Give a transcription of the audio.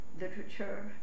literature